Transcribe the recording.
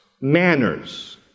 manners